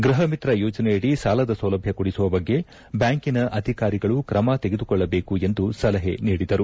ಗೃಹಮಿತ್ರ ಯೋಜನೆಯದಿ ಸಾಲದ ಸೌಲಭ್ಯ ಕೊಡಿಸುವ ಬಗ್ಗೆ ಬ್ಯಾಂಕಿನ ಅಧಿಕಾರಿಗಳು ಕ್ರಮ ತೆಗೆದುಕೊಳ್ಳಬೇಕೆಂದು ಸಲಹೆ ನೀಡಿದರು